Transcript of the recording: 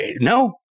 No